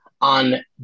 on